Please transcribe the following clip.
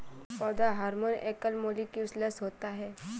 पौधा हार्मोन एकल मौलिक्यूलस होता है